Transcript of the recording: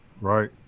Right